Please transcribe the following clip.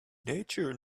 nature